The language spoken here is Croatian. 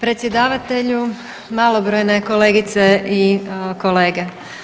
Predsjedavatelju, malobrojne kolegice i kolege.